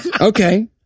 Okay